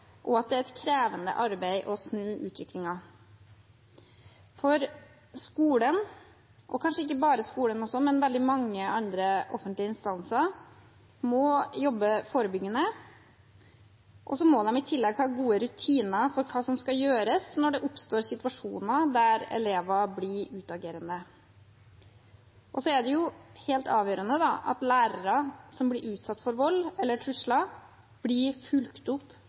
er et krevende arbeid å snu utviklingen. Skolen og veldig mange andre offentlige instanser må jobbe forebyggende. I tillegg må de ha gode rutiner for hva som skal gjøres når det oppstår situasjoner der elever blir utagerende. Så er det helt avgjørende at lærere som blir utsatt for vold eller trusler, blir fulgt opp